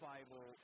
Bible